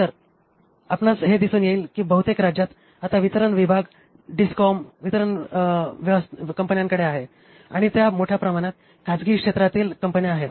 तर आपणास हे दिसून येईल की बहुतेक राज्यांत आता वितरण भाग डिस्कॉम्स वितरण कंपन्यांकडे आहे आणि त्या मोठ्या प्रमाणात खाजगी क्षेत्रातील कंपन्या आहेत